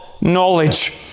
knowledge